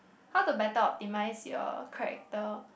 how to better optimize your character